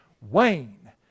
Wayne